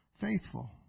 faithful